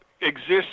exists